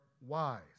wise